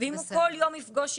ואם הוא כל יום יפגוש ילדים,